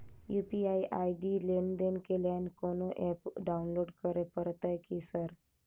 UPI ID लेनदेन केँ लेल कोनो ऐप डाउनलोड करऽ पड़तय की सर?